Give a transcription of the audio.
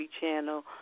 Channel